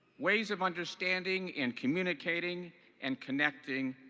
ways of understanding and communicating and connecting,